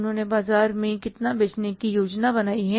उन्होंने बाजार में कितना बेचने की योजना बनाई है